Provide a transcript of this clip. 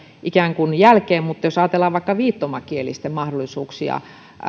ikään kuin jälkeen mutta jos ajatellaan vaikka viittomakielisten mahdollisuuksia